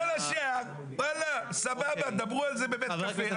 כל השאר ואללה סבבה, דברו על זה בבית קפה.